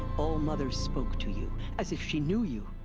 all-mother spoke to you. as if she knew you!